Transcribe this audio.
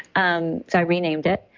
um so i renamed it.